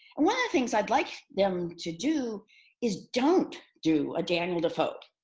and one of the things i'd like them to do is don't do a daniel defoe.